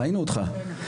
ראינו אותך.